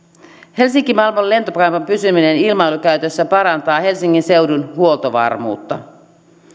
helsinki malmin lentokentän pysyminen ilmailukäytössä parantaa helsingin seudun huoltovarmuutta